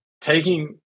taking